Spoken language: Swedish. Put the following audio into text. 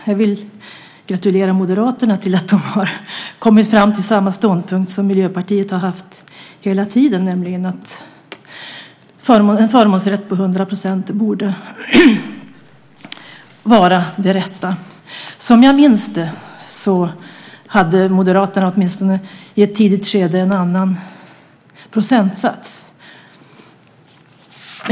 Jag vill gratulera Moderaterna till att de har kommit fram till samma ståndpunkt som Miljöpartiet har haft hela tiden, nämligen att en förmånsrätt på 100 % borde vara det rätta. Som jag minns det hade Moderaterna åtminstone i ett tidigt skede en annan procentsats.